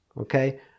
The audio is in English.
Okay